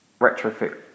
retrofit